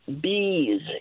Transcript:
bees